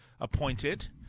appointed